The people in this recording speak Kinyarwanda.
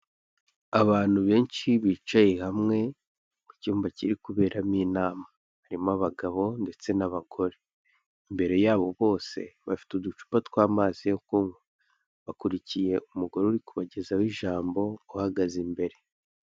Abantu benshi bicaye hamwe ku cyumba kiri kuberamo inama, harimo abagabo ndetse n'abagore imbere yabo bose bafite uducupa tw'amazi yo kunywa, bakurikiye umugore uri kubagezaho ijambo uhagaze imbere.